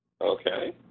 Okay